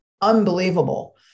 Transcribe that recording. unbelievable